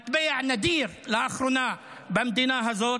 מטבע נדיר לאחרונה במדינה הזאת,